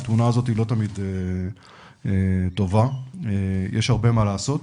התמונה הזאת לא תמיד טובה, יש הרבה מה לעשות,